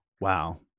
Wow